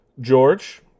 George